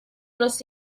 los